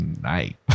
night